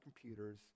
computers